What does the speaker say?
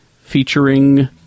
featuring